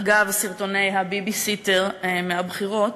אגב סרטוני ה"ביביסיטר" מהבחירות,